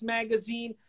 Magazine